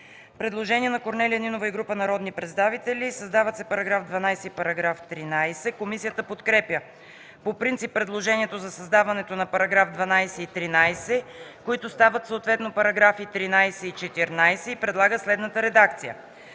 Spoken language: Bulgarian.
Предложение на Корнелия Нинова и група народни представители – създават се § 12 и § 13. Комисията подкрепя по принцип предложението за създаването на § 12 и § 13, които стават съответно § 13 и § 14, и предлага следната редакция: